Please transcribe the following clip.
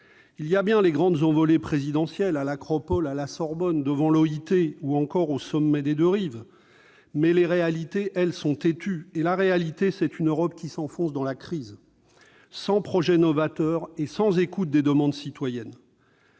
Il y a bien les grandes envolées présidentielles à l'Acropole, à la Sorbonne, devant l'Organisation internationale du travail ou encore au sommet des Deux Rives, mais les réalités sont têtues. Et la réalité, c'est une Europe qui s'enfonce dans la crise, sans projet novateur et sans écoute des demandes citoyennes.